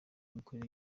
imikorere